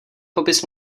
popis